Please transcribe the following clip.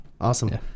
awesome